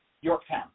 Yorktown